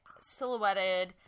silhouetted